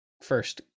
first